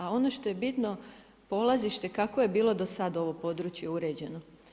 A ono što je bitno polazište kako je bilo do sada ovo područje uređeno.